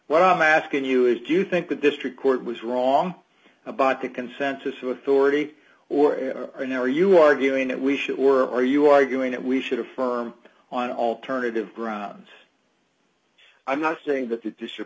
what i'm asking you is do you think the district court was wrong about the consensus of authority or are you arguing that we should or are you arguing that we should affirm on alternative grounds i'm not saying that the district